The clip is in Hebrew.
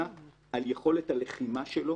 על יכולת הלחימה שלו,